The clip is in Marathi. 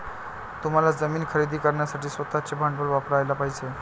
तुम्हाला जमीन खरेदी करण्यासाठी स्वतःचे भांडवल वापरयाला पाहिजे